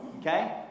okay